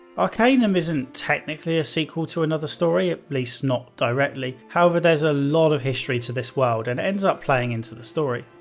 arcanum isn't technically a sequel to another story, at least not directly, however, there's a lot of history to this world and it ends up playing into the story.